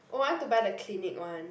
I want to buy the Clinique one